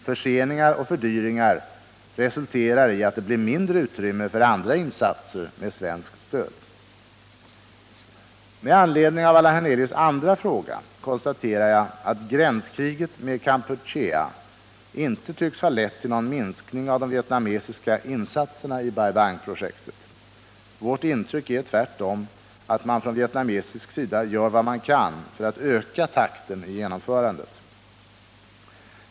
Förseningar och fördyringar resulterar i att det blir mindre utrymme för andra insatser med svenskt stöd. Med anledning av Allan Hernelius andra fråga konstaterar jag att gränskriget med Kampuchea inte tycks ha lett till någon minskning av de vietnamesiska insatserna i Bai Bang-projektet. Vårt intryck är tvärtom att man från vietnamesisk sida gör vad man kan för att öka takten i genomförandet.